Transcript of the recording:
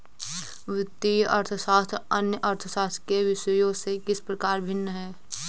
वित्तीय अर्थशास्त्र अन्य अर्थशास्त्र के विषयों से किस प्रकार भिन्न है?